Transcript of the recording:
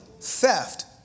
theft